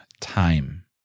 time